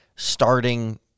starting